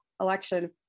election